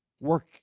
work